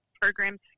programs